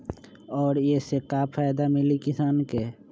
और ये से का फायदा मिली किसान के?